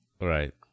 right